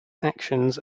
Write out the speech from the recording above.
actions